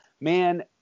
Man